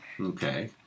Okay